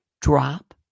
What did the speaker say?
drop